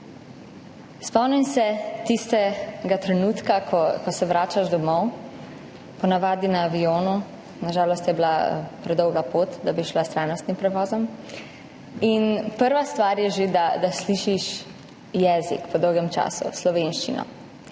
Spomnim se tistega trenutka, ko se vračaš domov, po navadi na avionu, na žalost je bila predolga pot, da bi šla s trajnostnim prevozom, in prva stvar je že, da slišiš jezik, po dolgem času slovenščino.